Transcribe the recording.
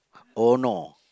Ono